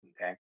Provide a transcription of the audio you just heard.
Okay